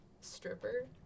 Stripper